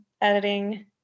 editing